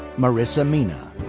marissa mena.